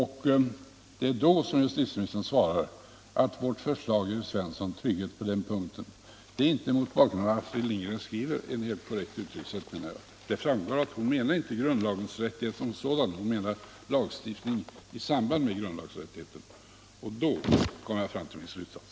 Det är då som justitieministern svarar: Vårt förslag ger Svensson trygghet på den punkten. Det är inte mot bakgrund av vad Astrid Lindgren skriver ett helt korrekt uttryckssätt. Det framgår att hon inte menar grundlagsrättigheter som sådana utan lagstiftning i samband med grundlagsrättigheter, och det är mot den bakgrunden jag kommer fram till min slutsats.